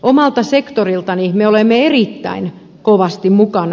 omalta sektoriltani me olemme erittäin kovasti mukana